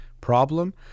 problem